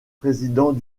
président